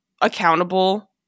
accountable